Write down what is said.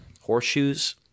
horseshoes